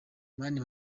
mani